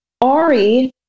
Ari